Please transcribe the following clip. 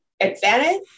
advantage